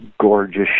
gorgeous